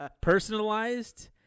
Personalized